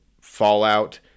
Fallout